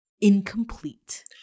incomplete